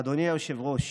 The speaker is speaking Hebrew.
אדוני היושב-ראש,